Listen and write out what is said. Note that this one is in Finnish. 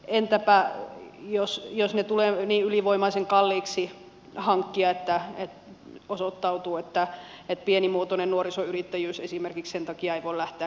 entäpä jos ne tulevat niin ylivoimaisen kalliiksi hankkia että osoittautuu että pienimuotoinen nuorisoyrittäjyys esimerkiksi sen takia ei voi lähteä käyntiin